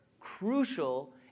crucial